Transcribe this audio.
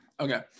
Okay